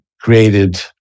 created